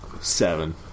Seven